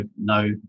no